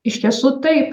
iš tiesų taip